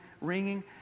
ringing